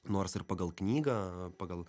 nors ir pagal knygą pagal